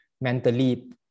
mentally